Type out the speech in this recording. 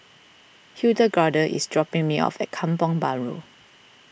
Hildegarde is dropping me off at Kampong Bahru